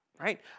Right